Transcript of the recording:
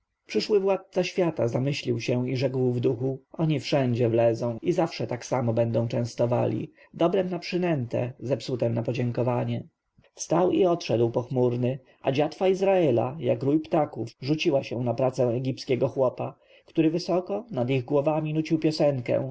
przyszły władca świata zamyślił się i rzekł w duchu oni wszędzie wlezą i zawsze tak mnie będą częstowali dobrem na przynętę zepsutem na podziękowanie wstał i odszedł pochmurny a dziatwa izraela jak rój ptaków rzuciła się na pracę egipskiego chłopa który wysoko nad ich głowami nucił piosenkę